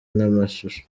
n’amashusho